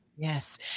Yes